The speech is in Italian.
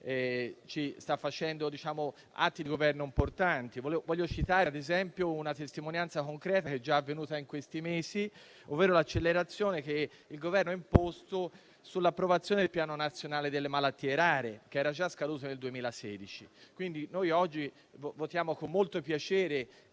sta facendo atti di governo importanti. Voglio citare ad esempio una testimonianza concreta, avvenuta in questi mesi, ovvero l'accelerazione che il Governo ha imposto per l'approvazione del Piano nazionale delle malattie rare, che era scaduto nel 2016. Oggi votiamo quindi con molto piacere